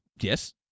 Yes